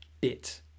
bit